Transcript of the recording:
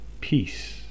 peace